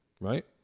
right